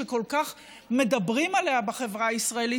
שכל כך מדברים עליה בחברה הישראלית,